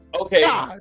Okay